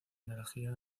energía